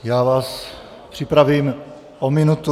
Já vás připravím o minutu.